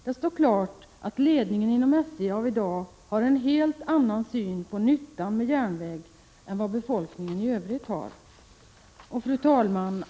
Det står klart att ledningen inom SJ avi dag har en helt annan syn på nyttan med järnväg än vad befolkningen i övrigt har. Fru talman!